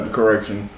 correction